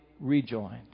Rejoined